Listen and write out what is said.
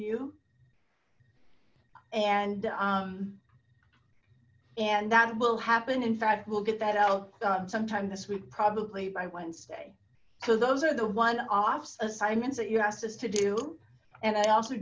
you and and that will happen in fact we'll get that out sometime this week probably by wednesday so those are the one offs assignments that you asked us to do and i also